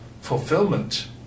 fulfillment